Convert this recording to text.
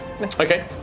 Okay